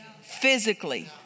physically